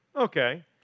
Okay